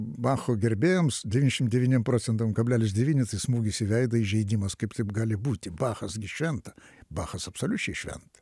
bacho gerbėjams devyniasdešim devyniem procentams kablelis devyni tai smūgis į veidą įžeidimas kaip taip taip gali būti bachas gi šventa bachas absoliučiai šventa